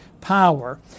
power